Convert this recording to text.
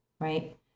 Right